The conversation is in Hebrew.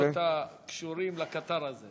אנחנו מוכנים להיות קשורים לקטר הזה.